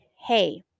hey